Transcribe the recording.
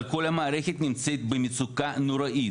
אבל כל המערכת נמצאת במצוקה נוראית,